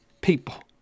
people